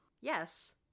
Yes